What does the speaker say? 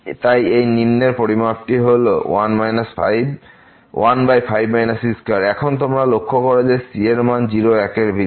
তাই এর নিম্নের পরিমাপটি হল 15 c2 এখন তোমরা লক্ষ্য করো যে c এর মান 0 ও 1 এর ভিতর